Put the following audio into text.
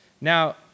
now